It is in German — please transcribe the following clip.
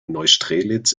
neustrelitz